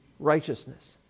Righteousness